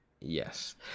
Yes